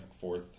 fourth